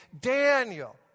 Daniel